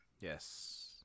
Yes